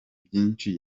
byinshi